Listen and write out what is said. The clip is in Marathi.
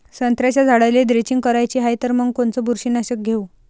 संत्र्याच्या झाडाला द्रेंचींग करायची हाये तर मग कोनच बुरशीनाशक घेऊ?